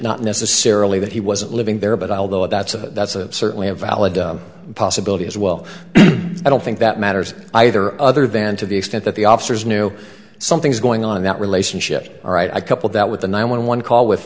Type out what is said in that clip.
not necessarily that he wasn't living there but although that's a that's a certainly a valid possibility as well i don't think that matters either other than to the extent that the officers knew something was going on in that relationship all right a couple that with the nine one one call with